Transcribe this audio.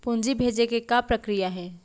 पूंजी भेजे के का प्रक्रिया हे?